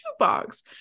shoebox